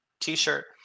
t-shirt